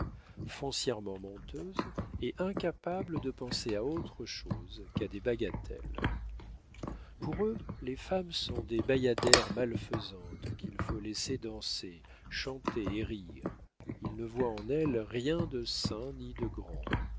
foncièrement menteuses et incapables de penser à autre chose qu'à des bagatelles pour eux les femmes sont des bayadères malfaisantes qu'il faut laisser danser chanter et rire ils ne voient en elles rien de saint ni de grand